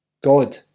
God